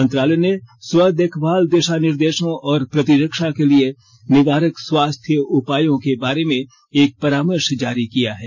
मंत्रालय ने स्व देखभाल दिशानिर्देशों और प्रतिरक्षा के लिए निवारक स्वास्थ्य उपायों के बारे में एक परामर्श जारी किया है